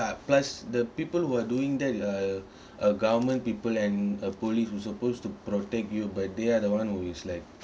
plus the people who are doing that uh uh government people and uh police were supposed to protect you but they are the one who is like